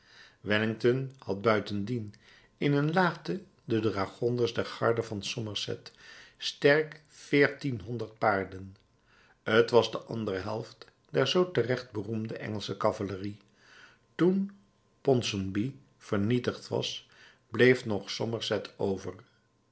wellington had buitendien in een laagte de dragonders der garde van somerset sterk veertienhonderd paarden t was de andere helft der zoo terecht beroemde engelsche cavalerie toen ponsonby vernietigd was bleef nog somerset over